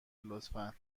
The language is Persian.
لطفا